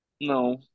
No